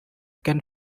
can